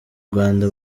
rwanda